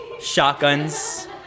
shotguns